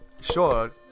Sure